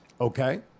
Okay